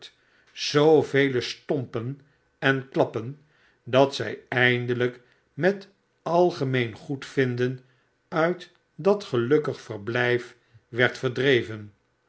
zoovele stompen en klappen dat zij eindelijk met algemeen goedvinden uit dat gelukkig verblijf werd verdreven